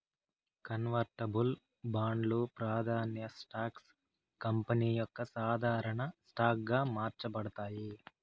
convertible బాండ్లు, ప్రాదాన్య stocks company యొక్క సాధారన స్టాక్ గా మార్చబడతాయి